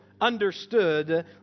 understood